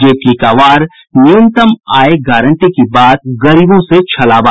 जेटली का वार न्यूनतम आय गारंटी की बात गरीबों से छलावा